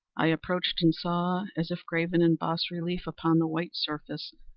i approached and saw, as if graven in bas relief upon the white surface,